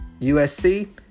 usc